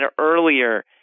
earlier